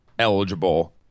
eligible